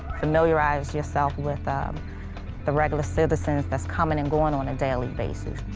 familiarize yourself with um the regular citizens that's coming and going on a daily basis.